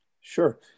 Sure